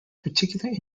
particular